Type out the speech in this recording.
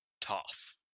tough